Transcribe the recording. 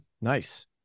Nice